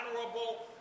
honorable